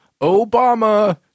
obama